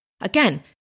Again